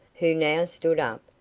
who now stood up,